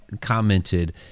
commented